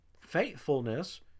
Faithfulness